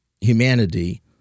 humanity